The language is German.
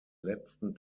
letzten